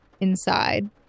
inside